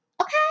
Okay